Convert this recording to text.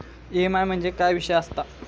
EMI म्हणजे काय विषय आसता?